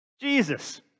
Jesus